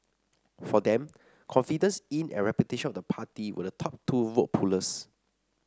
for them confidence in and reputation of the party were the top two vote pullers